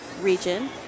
region